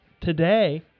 today